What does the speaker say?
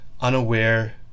unaware